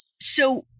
So-